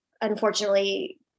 unfortunately